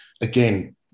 Again